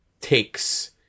takes